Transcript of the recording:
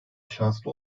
şanslı